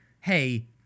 hey